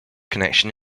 connection